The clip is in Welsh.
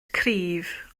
cryf